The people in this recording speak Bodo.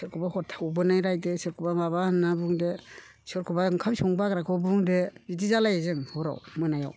सोरखौबा हर थाबोनाय रायदो सोरखौबा माबा होनना बुंदो सोरखौबा ओंखाम संनो बाग्राखौ बुंदो बिदि जालायो जों हराव मोनायाव